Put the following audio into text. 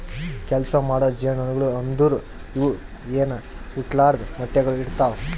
ಕೆಲಸ ಮಾಡೋ ಜೇನುನೊಣಗೊಳು ಅಂದುರ್ ಇವು ಇನಾ ಹುಟ್ಲಾರ್ದು ಮೊಟ್ಟೆಗೊಳ್ ಇಡ್ತಾವ್